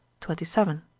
twenty-seven